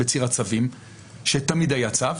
בציר הצווים שתמיד היה צו,